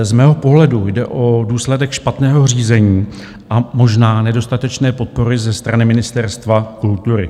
Z mého pohledu jde o důsledek špatného řízení a možná nedostatečné podpory ze strany Ministerstva kultury.